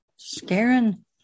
Scaring